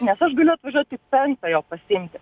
nes aš galiu atvažiuot tik penktą jo pasiimti